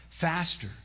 faster